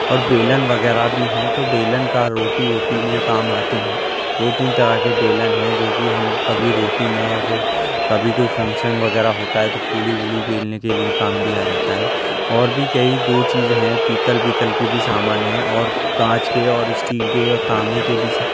اور بیلن وغیرہ بھی ہیں تو بیلن کا روٹی ووٹی میں کام آتے ہیں دو تین طرح کے بیلن ہیں جو کہ ہم کبھی روٹی میں یا پھر کبھی کوئی فنکشن وغیرہ ہوتا ہے تو پوڑی ووڑی بیلنے کے لیے کام بھی آ جاتا ہے اور بھی کئی دو چیز ہیں پیتل ویتل کے بھی سامان ہیں اور کانچ کے اور اسٹیل کے اور تانبے کے بھی سا